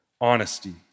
honesty